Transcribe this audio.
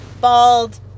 bald